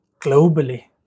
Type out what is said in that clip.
globally